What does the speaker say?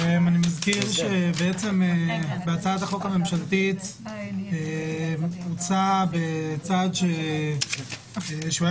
אני מזכיר שבהצעת החוק הממשלתית הוצע בצעד שהיה